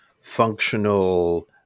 functional